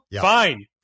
fine